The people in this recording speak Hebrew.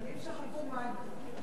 אבנים שחקו מים.